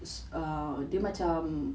ah dia macam